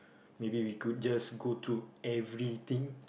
maybe we could just go to everything